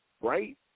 Right